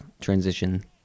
transition